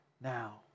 now